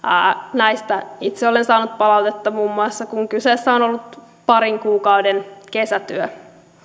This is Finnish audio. näistä itse olen saanut palautetta muun muassa kun kyseessä on ollut parin kuukauden kesätyö